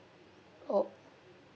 oh